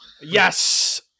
Yes